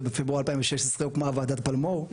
ובפברואר 2016 הוקמה ועדת פלמור,